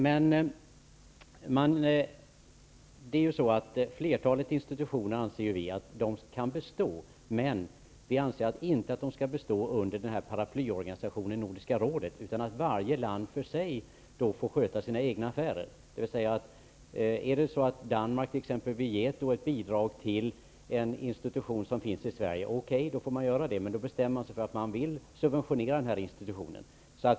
Vi anser att flertalet institutioner kan bestå. Men vi anser inte att de skall bestå under paraplyorganisationen Nordiska rådet. Varje land för sig bör få sköta sina egna affärer. Om Danmark t.ex. vill ge ett bidrag till en institution som finns i Sverige är det okej och man får göra det. Man bestämmer sig då för att man vill subventionera den här institutionen.